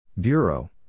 Bureau